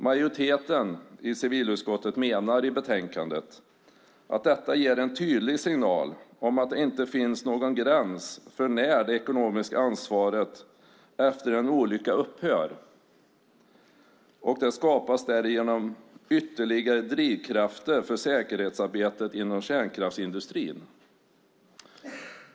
Majoriteten i civilutskottet menar i betänkandet att detta ger en tydlig signal om att det inte finns någon gräns för när det ekonomiska ansvaret efter en olycka upphör, och det skapas därigenom ytterligare drivkrafter för säkerhetsarbetet inom kärnkraftsindustrin.